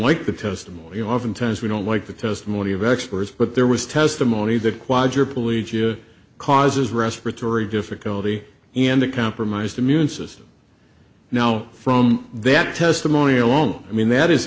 like the testimony oftentimes we don't like the testimony of experts but there was testimony that quadriplegia causes respiratory difficulty and a compromised immune system now from that testimony alone i mean that is